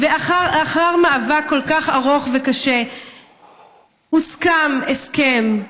לאחר מאבק כל כך ארוך וקשה הוסכם הסכם,